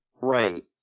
Right